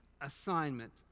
assignment